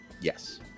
Yes